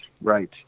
right